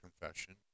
confession